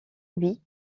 louis